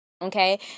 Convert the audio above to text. Okay